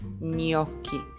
gnocchi